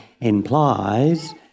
implies